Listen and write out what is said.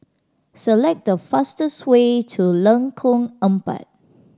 select the fastest way to Lengkong Empat